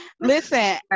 listen